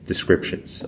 Descriptions